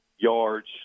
yards